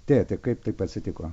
tėti kaip taip atsitiko